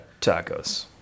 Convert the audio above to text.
tacos